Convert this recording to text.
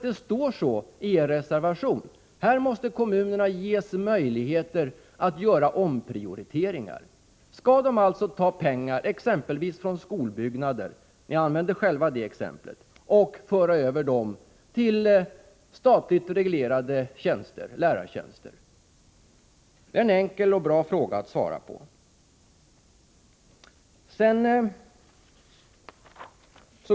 Det står nämligen i er reservation nr 3, att här måste kommunerna ges möjligheter att göra omprioriteringar. Skall kommunerna alltså ta pengar exempelvis från anslagen till skolbyggnader — ni anför ju själva det exemplet - och föra över dessa pengar, så att de används för statligt reglerade lärartjänster? Det är en enkel och bra fråga att svara på.